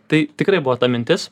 tai tikrai buvo ta mintis